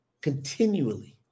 continually